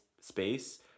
space